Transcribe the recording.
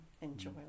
enjoy